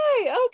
Okay